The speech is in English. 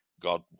God